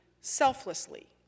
selflessly